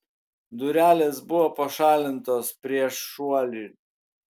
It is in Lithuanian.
durelės buvo pašalintos prieš šuolį